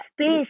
space